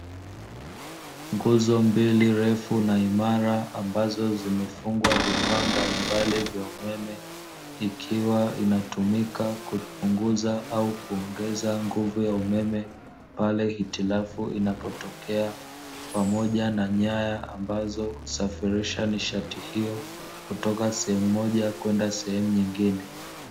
Nguzo mbili refu na imara ambazo zimefungwa vifaa mbalimbali vya umeme, ikiwa inatumika kupunguza au kuongeza nguvu ya umeme pale hitilafu inapotokea, pamoja na nyaya ambazo husafirisha nishati hiyo, kutoka sehemu moja kwenda sehemu nyingine.